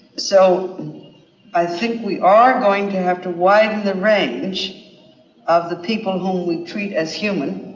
so i think we are going to have to widen the range of the people who we treat as human.